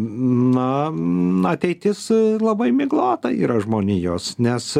na na ateitis labai miglota yra žmonijos nes